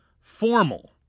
formal